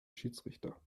schiedsrichter